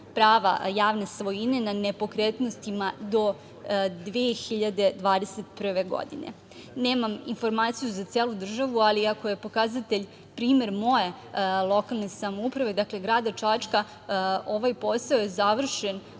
prava javne svojine na nepokretnostima do 2021. godine. Nemam informaciju za celu državu, ali ako je pokazatelj primer moje lokalne samouprave, dakle grada Čačka, ovaj posao je završen